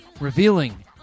revealing